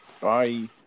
Bye